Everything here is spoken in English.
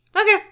Okay